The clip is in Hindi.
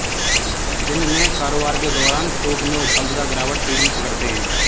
दिन में कारोबार के दौरान टोंक में उछाल तथा गिरावट तेजी पकड़ते हैं